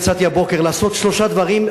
יצאתי הבוקר לעשות שלושה דברים,